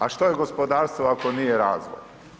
A šta je gospodarstvo ako nije razvoj?